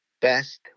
best